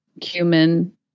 cumin